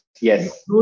yes